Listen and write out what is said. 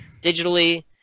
digitally